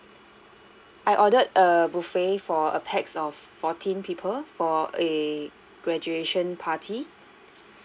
I ordered a buffet for a pax of fourteen people for a graduation party